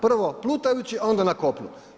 Prvo plutajući a onda na kopnu?